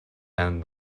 and